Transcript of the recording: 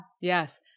Yes